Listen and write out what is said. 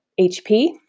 HP